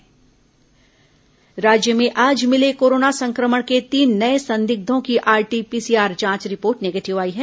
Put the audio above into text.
corona संदिग्ध मरीज राज्य में आज भिले कोरोना संक्रमण के तीन नये संदिग्घों की आरटी पीसीआर जांच रिपोर्ट निगेटिव आई है